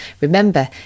Remember